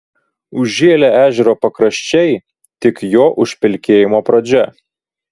užžėlę ežero pakraščiai tik jo užpelkėjimo pradžia